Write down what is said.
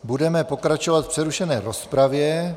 Budeme pokračovat v přerušené rozpravě.